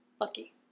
lucky